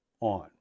on